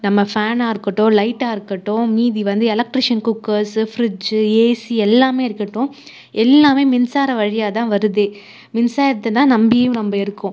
நம்ம ஃபேனாக இருக்கட்டும் லைட்டாக இருக்கட்டும் மீதி வந்து எலெக்ட்ரீஷியன் குக்கர்ஸ் ஃபிரிட்ஜ் ஏசி எல்லாமே இருக்கட்டும் எல்லாமே மின்சார வழியாக தான் வருது மின்சாரத்தை தான் நம்பியும் நம்ப இருக்கோம்